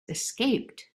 escaped